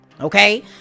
Okay